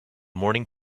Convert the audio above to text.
morning